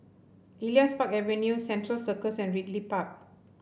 Elias Park Avenue Central Circus and Ridley Park